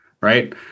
right